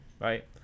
right